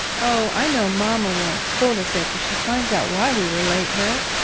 oh, i know mamma won't scold us after she finds out why we were late, bert.